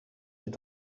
est